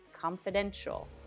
confidential